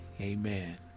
Amen